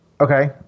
Okay